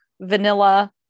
vanilla